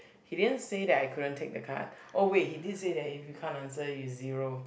he didn't say that I couldn't take the card oh wait he did say that if you can't answer is zero